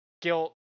guilt